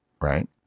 right